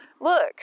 Look